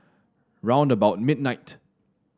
round about midnight